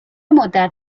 مدت